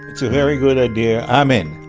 it's a very good idea, i'm in.